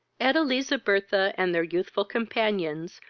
edeliza, bertha, and their youthful companions,